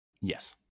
Yes